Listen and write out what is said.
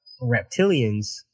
reptilians